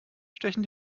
stechen